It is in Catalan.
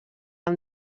amb